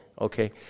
okay